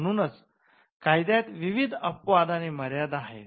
म्हणूनच कायद्यात विविध अपवाद आणि मर्यादा आहेत